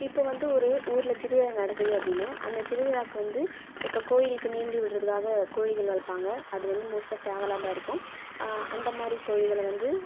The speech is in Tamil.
இப்போ வந்து ஒரு ஊரில் திருவிழா நடக்குது அப்படின்னா அந்த திருவிழாவுக்கு வந்து இப்போது கோவிலுக்கு நேந்து விடறதுக்காக கோழிகள் வளர்ப்பாங்க அது வந்து மோஸ்ட்டாக சேவலாக தான் இருக்கும் அந்த மாதிரி கோழிகளை வந்து